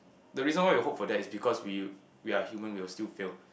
the reason why we hope for that is because we we're human we will still fail